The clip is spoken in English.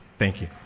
thank you.